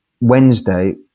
Wednesday